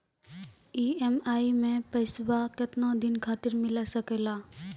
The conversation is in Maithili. ई.एम.आई मैं पैसवा केतना दिन खातिर मिल सके ला?